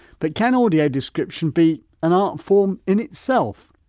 but can audio description be an artform in itself?